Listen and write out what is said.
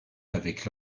avec